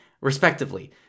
respectively